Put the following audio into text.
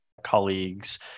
colleagues